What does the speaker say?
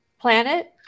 Planet